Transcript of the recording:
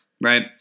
Right